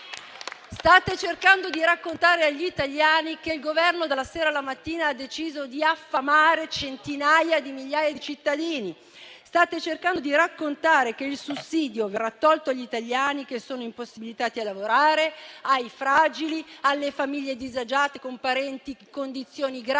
State cercando di raccontare agli italiani che il Governo dalla sera alla mattina ha deciso di affamare centinaia di migliaia di cittadini; state cercando di raccontare che il sussidio verrà tolto agli italiani che sono impossibilitati a lavorare, ai fragili e alle famiglie disagiate con parenti in condizioni gravi,